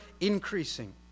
increasing